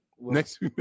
next